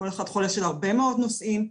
כל אחד חולש על הרבה מאוד נושאים,